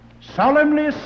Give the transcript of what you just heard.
solemnly